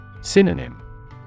Synonym